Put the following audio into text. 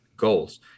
goals